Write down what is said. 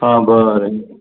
आं बरें